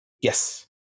yes